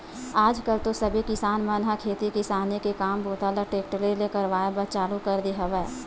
आज कल तो सबे किसान मन ह खेती किसानी के काम बूता ल टेक्टरे ले करवाए बर चालू कर दे हवय